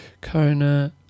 Kona